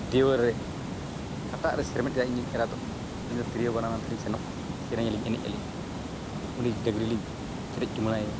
ᱫᱮᱣᱦᱮᱨᱮ ᱦᱟᱴᱟᱜ ᱨᱮ ᱦᱮᱨᱢᱮᱫ ᱠᱟᱜᱼᱟᱭ ᱤᱧᱤᱡ ᱮᱨᱟ ᱫᱚ ᱤᱧᱫᱚ ᱛᱤᱨᱭᱳ ᱵᱟᱱᱟᱢ ᱟᱹᱛᱮᱞᱤᱧ ᱥᱮᱱᱚᱜᱼᱟ ᱥᱮᱨᱮᱧ ᱟᱹᱞᱤᱧ ᱮᱱᱮᱡ ᱟᱹᱞᱤᱧ ᱩᱱᱤ ᱰᱟᱹᱝᱨᱤᱞᱤᱧ ᱪᱮᱨᱮᱡ ᱪᱩᱢᱟᱹᱲᱟᱭᱮᱭᱟ